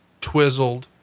twizzled